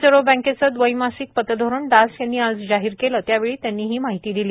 reserve बँकेचं दवैमासिक पतधोरण दास यांनी आज जाहीर केलं त्यावेळी त्यांनी ही माहिती दिली